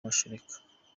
mashereka